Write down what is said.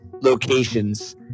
locations